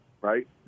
right